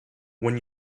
when